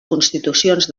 constitucions